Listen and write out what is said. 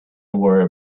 wore